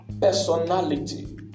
personality